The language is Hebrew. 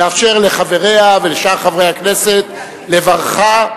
נאפשר לחבריה ולשאר חברי הכנסת לברכה,